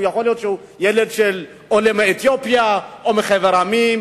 ויכול להיות שהוא ילד של עולה מאתיופיה או מחבר העמים,